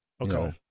Okay